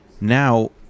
now